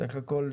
סך הכול,